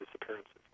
disappearances